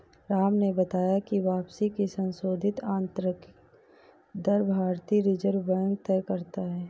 राम ने बताया की वापसी की संशोधित आंतरिक दर भारतीय रिजर्व बैंक तय करता है